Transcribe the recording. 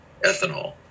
ethanol